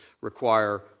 require